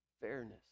fairness